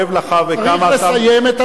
צריך לסיים את תוכנית בניין ערים.